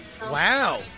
Wow